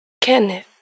Kenneth